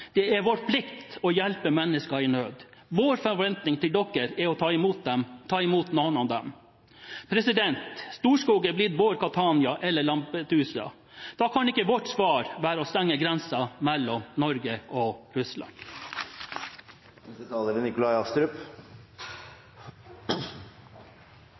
Det er vår plikt å hjelpe mennesker i nød – vår forventning til dere er å ta imot noen av dem. Storskog er blitt vårt Catania, eller Lampedusa. Da kan ikke vårt svar være å stenge grensen mellom Norge og Russland.